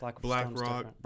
BlackRock